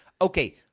okay